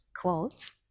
quotes